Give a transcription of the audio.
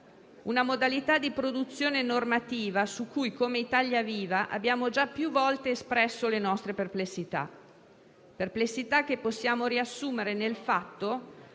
una modalità di produzione normativa su cui, come Italia Viva, abbiamo già più volte espresso le nostre perplessità; perplessità che possiamo riassumere nel fatto